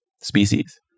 species